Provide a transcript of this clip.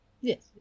Yes